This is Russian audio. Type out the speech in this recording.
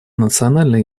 национальная